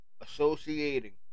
associating